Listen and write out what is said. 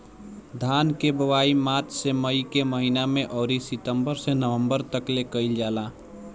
धान के बोआई मार्च से मई के महीना में अउरी सितंबर से नवंबर तकले कईल जाला